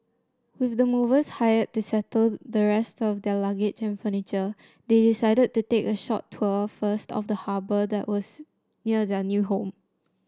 with the movers hired to settle the rest of their luggage and furniture they decided to take a short tour first of the harbour that was near their new home